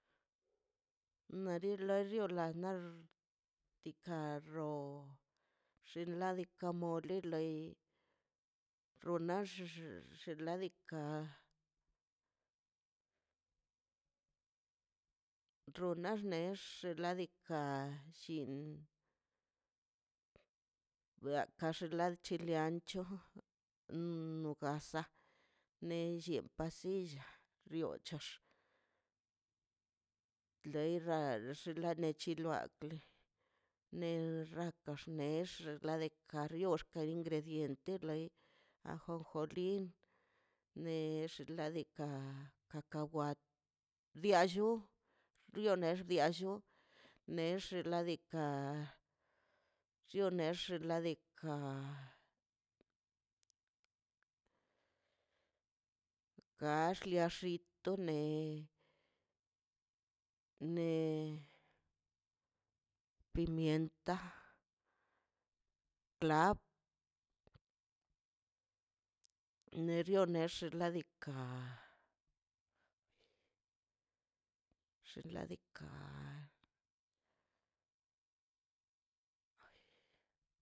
na rilo riola nax diika' ro xinladika mori loi runaxx xinladika xuna next ladika llin biaka xla chile ancho no gasa ne llie pasilla riochax xei lax xinladika nechi loakle ne xaka xnex xladika xiox ka ingrediente loi ajonjoli ne xladika cacahuat liallo lianox liallo nex liadika chonex xladika kax liaxi to ne ne pimienta clab nerio nex xladika xinladika